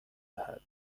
دهد